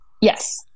Yes